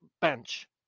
bench